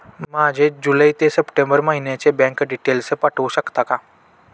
माझे जुलै ते सप्टेंबर महिन्याचे बँक डिटेल्स पाठवू शकता का?